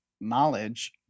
knowledge